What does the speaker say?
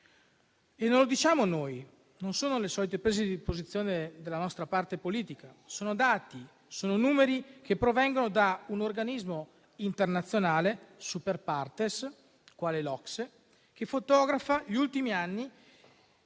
non lo diciamo noi, poiché non sono le solite prese di posizione della nostra parte politica; sono dati, numeri che provengono da un organismo internazionale *super partes* quale l'OCSE, che fotografa gli ultimi anni